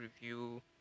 review